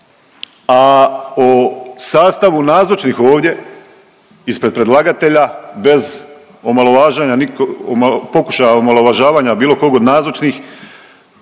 a o sastavu nazočnih ovdje ispred predlagatelja bez omalovažavanja niko, pokušaja omalovažavanja bilo kog od nazočnih